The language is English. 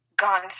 gone